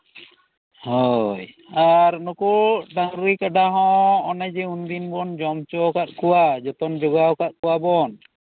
ᱦᱳᱭ ᱟᱨ ᱱᱩᱠᱩ ᱰᱟᱝᱨᱤ ᱠᱟᱰᱟ ᱦᱚᱸ ᱚᱱᱮ ᱡᱮ ᱩᱱᱫᱤᱱ ᱵᱚᱱ ᱡᱚᱢ ᱦᱚᱪᱚ ᱟᱠᱟᱫ ᱠᱚᱣᱟ ᱡᱚᱛᱚᱱ ᱡᱚᱜᱟᱣ ᱟᱠᱟᱫ ᱠᱚᱣᱟᱵᱚᱱ